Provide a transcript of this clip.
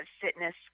fitness